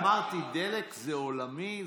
אמרתי: דלק זה עולמי.